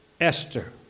Esther